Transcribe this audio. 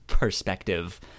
perspective